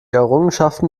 errungenschaften